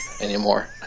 anymore